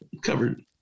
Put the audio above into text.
covered